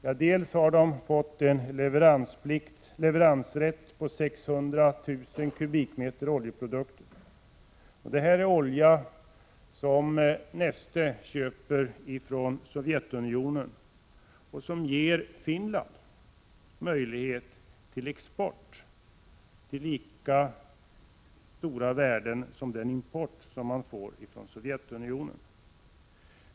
Ja, till att börja med har företaget fått en leveransrätt omfattande 600 000 m? oljeprodukter. Det är olja som Neste köper från Sovjetunionen och som ger Finland möjlighet till export till lika stort värde som värdet av importen från Sovjetunionen.